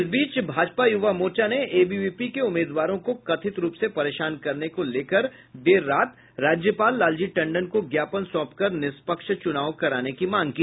इस बीच भाजपा युवा मोर्चा ने एबीवीपी के उम्मीदवारों को कथित रूप से परेशान करने को लेकर देर रात राज्यपाल लालजी टंडन को ज्ञापन सौंप कर निष्पक्ष चुनाव कराने की मांग की